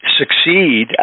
succeed